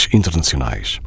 internacionais